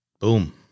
Boom